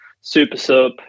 super-sub